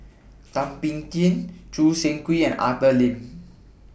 Thum Ping Tjin Choo Seng Quee and Arthur Lim